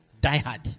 die-hard